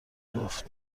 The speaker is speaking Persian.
گفت